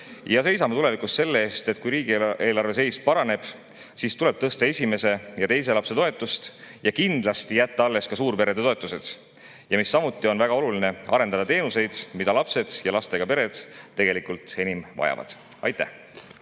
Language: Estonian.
ja seisame tulevikus selle eest, et kui riigieelarve seis paraneb, siis tuleb tõsta esimese ja teise lapse toetust ja kindlasti jätta alles ka suurperede toetused. Samuti on väga oluline arendada teenuseid, mida lapsed ja lastega pered tegelikult enim vajavad. Aitäh!